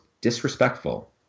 disrespectful